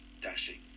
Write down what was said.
dashing